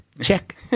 Check